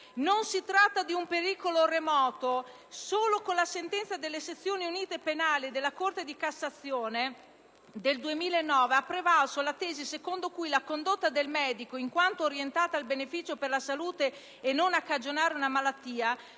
Non si tratta di un pericolo remoto. Solo con la sentenza delle sezioni unite penali della Corte di cassazione del 2009 ha prevalso la tesi secondo cui la condotta del medico, in quanto orientata al beneficio per la salute e non a cagionare una malattia,